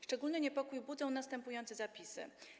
Szczególny niepokój budzą następujące zapisy.